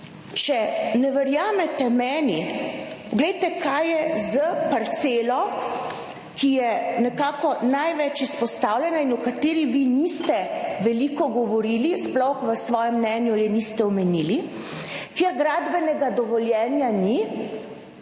če ne verjamete meni, poglejte kaj je s parcelo, ki je nekako največ izpostavljena in o kateri vi niste veliko govorili, sploh v svojem mnenju je niste omenili, ker gradbenega dovoljenja ni,